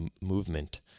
movement